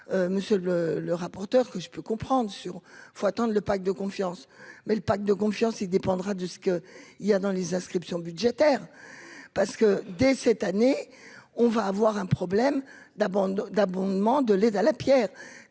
monsieur le le rapporteur, que je peux comprendre sur faut attendent le pacte de confiance mais le pacte de confiance il dépendra de ce qu'il y a dans les inscriptions budgétaires parce que, dès cette année, on va avoir un problème d'abord d'abondement de l'aide à la Pierre,